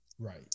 Right